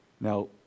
Now